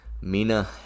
mina